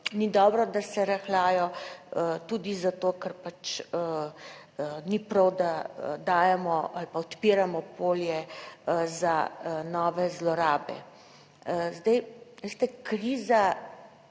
ni dobro, da se rahljajo tudi zato, ker pač ni prav, da dajemo ali pa odpiramo polje za nove zlorabe. Zdaj, veste, kriza